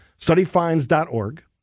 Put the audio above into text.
StudyFinds.org